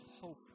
hope